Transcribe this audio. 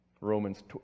Romans